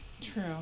True